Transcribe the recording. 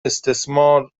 استثمار